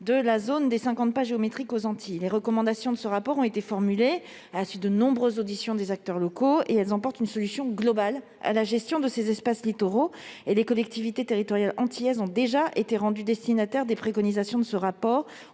de la zone des cinquante pas géométriques aux Antilles. Les recommandations de ce rapport ont été formulées à la suite de nombreuses auditions des acteurs locaux et elles constituent une solution globale à la gestion de ces espaces littoraux. Les collectivités territoriales antillaises ont déjà été rendues destinataires des préconisations de ce rapport